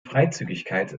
freizügigkeit